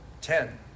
ten